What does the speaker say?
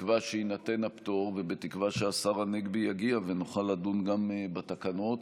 בתקווה שיינתן הפטור ובתקווה שהשר הנגבי יגיע ונוכל לדון גם בתקנות.